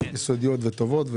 יסודיות וטובות,